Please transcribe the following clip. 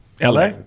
LA